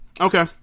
Okay